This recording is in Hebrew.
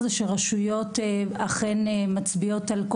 זה שצוות גן ילדים,